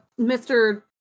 Mr